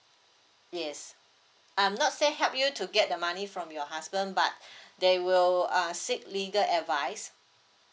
yes I'm not saying help you to get the money from your husband but they will err seek legal advice